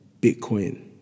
Bitcoin